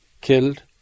Killed